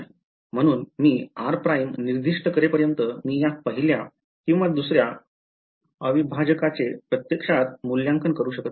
म्हणून मी R prime निर्दिष्ट करेपर्यंत मी या पहिल्या किंवा दुसर्या अविभाजकाचे प्रत्यक्षात मूल्यांकन करू शकत नाही